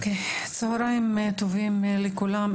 צוהריים טובים לכולם.